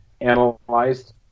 analyzed